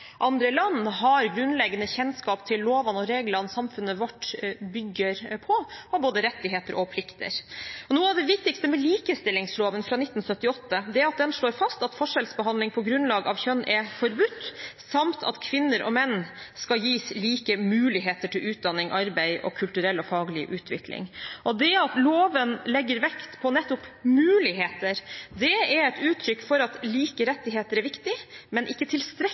andre land, har grunnleggende kjennskap til lovene og reglene som samfunnet vårt bygger på, av både rettigheter og plikter. Noe av det viktigste med likestillingsloven fra 1978 er at den slår fast at forskjellsbehandling på grunnlag av kjønn er forbudt, samt at kvinner og menn skal gis like muligheter til utdanning, arbeid og kulturell og faglig utvikling. Det at loven legger vekt på nettopp muligheter, er et uttrykk for at like rettigheter er viktig, men ikke